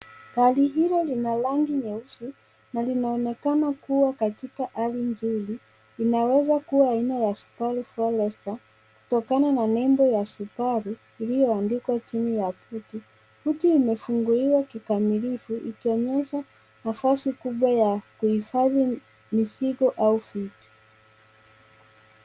Gari hilo lina rangi nyeusi na linaonekana kua katika hali nzuri inaweza kuwa aina ya Subaru Forester kutokana na nebo ya Subaru iliyoandikwa chini ya buti. Buti imefunguliwa kikamilifu ikionyesha nafasi kubwa ya kuhifadhi mizigo au vitu.